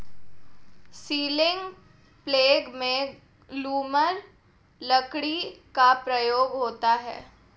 ceiling प्लेग में lumber लकड़ी का प्रयोग होता है